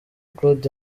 claude